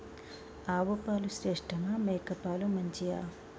ఆవు పాలు శ్రేష్టమా మేక పాలు మంచియా?